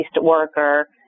worker